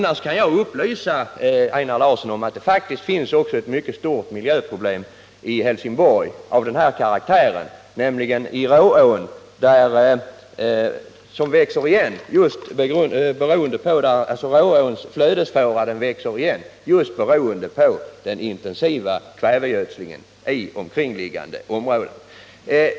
Jag kan upplysa Einar Larsson om att det faktiskt finns ett mycket stort miljöproblem av denna karaktär i Helsingborg. Rååns flödesfåra växer nämligen igen just beroende på den intensiva kvävegödslingen av omkringliggande områden.